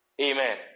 Amen